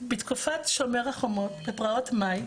בתקופת "שומר החומות" בפרעות מאי,